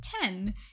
ten